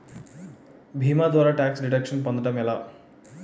భీమా ద్వారా tax deduction పొందటం ఎలా?